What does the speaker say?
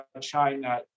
China